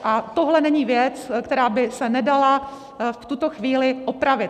A tohle není věc, která by se nedala v tuto chvíli opravit.